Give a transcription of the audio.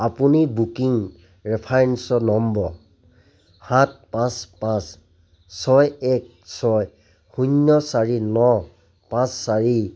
আপুনি booking reference number সাত পাঁচ পাঁচ ছয় এক ছয় শূন্য চাৰি ন পাঁচ চাৰিৰ